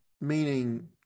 meaning